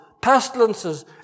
pestilences